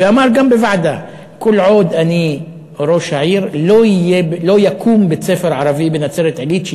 ואמר גם בוועדה: כל עוד אני ראש העיר לא יקום בית-ספר ערבי בנצרת-עילית,